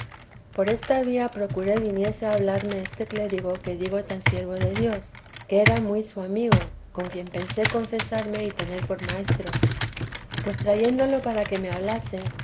por esta vía procuré viniese a hablarme este clérigo que digo tan siervo de dios que era muy su amigo con quien pensé confesarme y tener por maestro pues trayéndolo para que me hablase